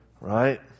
Right